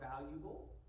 valuable